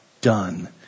done